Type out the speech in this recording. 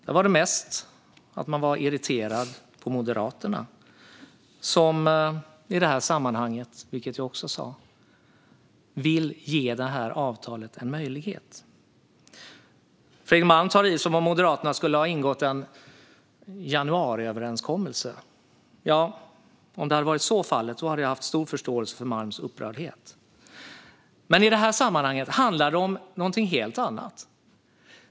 Där var det mest att man var irriterad på Moderaterna som, vilket jag också sa, vill ge det här avtalet en möjlighet. Fredrik Malm tar i som om Moderaterna skulle ha ingått en januariöverenskommelse. Ja, om så hade varit fallet hade jag haft stor förståelse för Malms upprördhet. Men i det här sammanhanget handlar det om någonting helt annat.